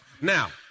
Now